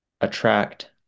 attract